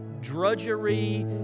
drudgery